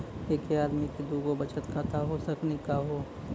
एके आदमी के दू गो बचत खाता हो सकनी का हो?